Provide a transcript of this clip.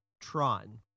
Tron